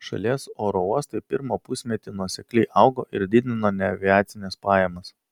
šalies oro uostai pirmą pusmetį nuosekliai augo ir didino neaviacines pajamas